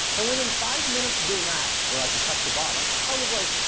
and within five minutes of doing that, where i could touch the bottom, i was like,